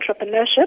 entrepreneurship